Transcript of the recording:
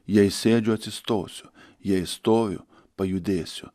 jei sėdžiu atsistosiu jei stoviu pajudėsiu